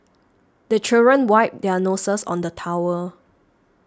the children wipe their noses on the towel